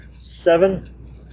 seven